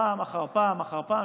פעם אחר פעם אחר פעם,